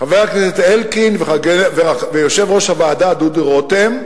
חבר הכנסת אלקין ויושב-ראש הוועדה דודו רותם,